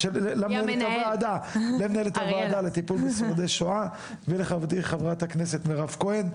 למנהלת הוועדה לטיפול בשורדי שואה ולחברתי חברת הכנסת מירב כהן.